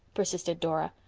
persisted dora.